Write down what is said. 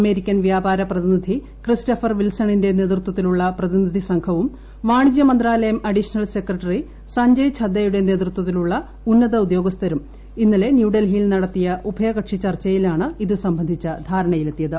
American വ്യാപാര പ്രതിനിധി Christopher വിൽസണിന്റെ നേതൃത്വത്തിലുള്ള പ്രതിനിധി സംഘവും വാണിജ്യ മന്ത്രാലയം അഡീഷണൽ സെക്രട്ടറി സജ്ഞയ് ചദ്ദയുടെ നേതൃത്വ ത്തിലുള്ള ഉന്നത ഉദ്യോഗസ്ഥരും ഇന്നലെ ന്യൂഡൽഹിയിൽ നട ത്തിയ ഉഭയ കക്ഷി ചർച്ചയിലാണ് ഇതു സംബന്ധിച്ച ധാരണയിലെ ത്തിയത്